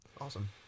Awesome